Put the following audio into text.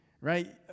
right